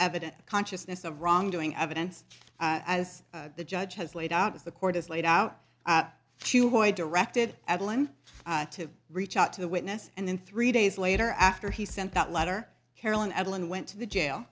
evident consciousness of wrongdoing evidence as the judge has laid out as the court has laid out q i directed at one to reach out to the witness and then three days later after he sent that letter carolyn evelyn went to the jail